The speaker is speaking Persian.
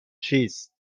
چیست